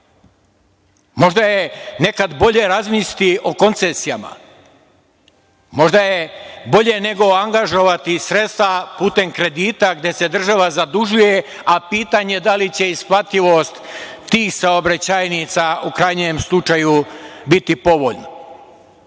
Možda je nekad bolje razmisliti o koncesijama, možda je bolje nego angažovati sredstva putem kredita gde se država zadužuje, a pitanje je da li će isplativost tih saobraćajnica u krajnjem slučaju biti povoljno. Autoput